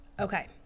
okay